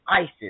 ISIS